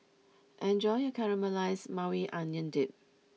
enjoy your Caramelized Maui Onion Dip